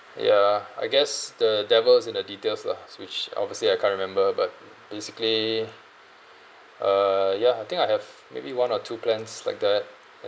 ya I guess the devil is in the details lah which obviously I can't remember but basically uh ya I think I have maybe one or two plans like that